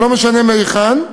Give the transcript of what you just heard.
זה לא משנה מהיכן.